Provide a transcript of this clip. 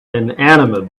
inanimate